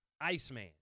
Iceman